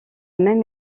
même